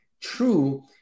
True